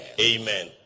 Amen